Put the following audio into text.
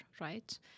right